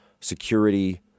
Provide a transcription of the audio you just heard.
security